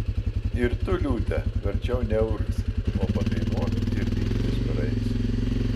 ir tu liūte verčiau neurgzk o padainuok ir pyktis praeis